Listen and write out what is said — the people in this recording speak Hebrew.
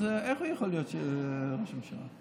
אז איך הוא יכול להיות ראש ממשלה?